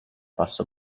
passo